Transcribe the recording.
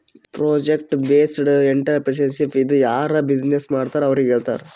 project based entrepreneurship ಇದು ಯಾರು business ಮಾಡ್ತಾರ್ ಅವ್ರಿಗ ಹೇಳ್ತಾರ್